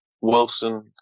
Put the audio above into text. Wilson